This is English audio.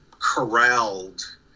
corralled